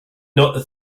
not